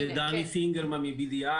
אני מ-BDI.